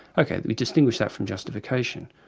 ok we distinguish that from justification.